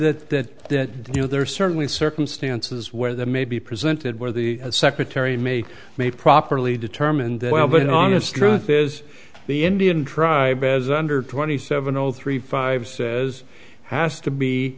that that that you know there are certainly circumstances where they may be presented where the secretary may may properly determine that well but honest truth is the indian tribe as under twenty seven zero three five says has to be